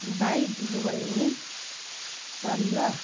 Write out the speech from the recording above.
भाइ ढिलो भयो नि सरी ल